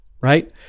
right